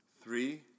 three